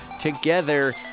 together